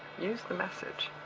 use the message.